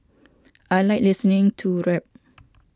I like listening to rap